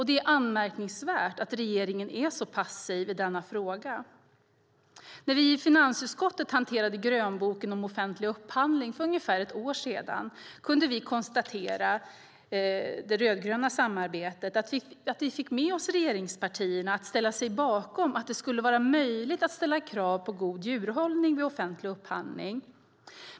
Det är anmärkningsvärt att regeringen är så passiv i denna fråga. När vi i finansutskottet hanterade grönboken om offentlig upphandling för ungefär ett år sedan kunde vi i det rödgröna samarbetet konstatera att vi fick med oss regeringspartierna på att ställa sig bakom att det skulle vara möjligt att ställa krav på god djurhållning vid offentlig upphandling.